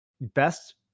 best